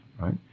right